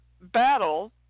battle